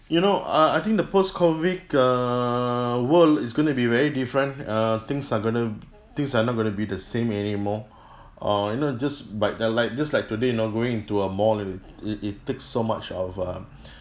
you know uh I think the post COVID err world is going to be very different uh things are going to things are not going to be the same anymore uh you know just by uh like just like today know going into a mall it it it takes so much of a